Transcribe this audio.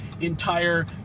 entire